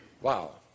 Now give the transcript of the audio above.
Wow